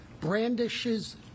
brandishes